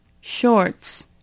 shorts